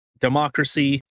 democracy